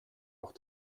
auch